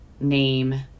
name